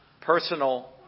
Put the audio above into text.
personal